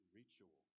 ritual